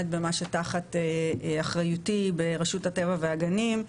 באמת במה שתחת אחריותי ברשות הטבע והגנים.